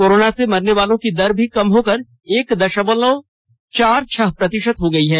corona से मरने वालों की दर भी कम होकर एक दशमलव चार छह प्रतिशत हो गई है